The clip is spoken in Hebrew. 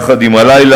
יחד עם הלילה,